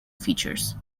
features